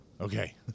Okay